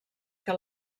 que